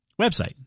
website